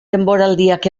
denboraldiak